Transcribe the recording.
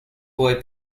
boy